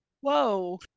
Whoa